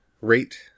rate